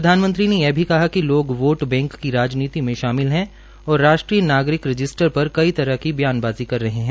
प्रधानमंत्री ने यह भी कहा कि लोग वोट बैंक की राजनीति में शामिल है और राष्ट्रीय नागरिक रजिस्टर पर कई तरह की बयानबाज़ी कर रहे है